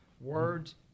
words